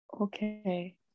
Okay